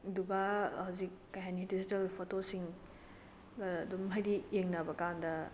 ꯗꯨꯒ ꯍꯧꯖꯤꯛ ꯀꯩꯍꯥꯏꯅꯤ ꯗꯤꯖꯤꯇꯦꯜ ꯐꯣꯇꯣꯁꯤꯡ ꯑꯗꯨꯝ ꯍꯥꯏꯗꯤ ꯌꯦꯡꯅꯕꯀꯥꯟꯗ